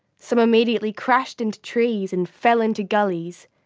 some immediately crashed into trees and fell into gullies.